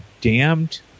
damned